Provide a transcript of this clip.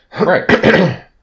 Right